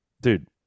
dude